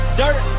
dirt